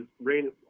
rain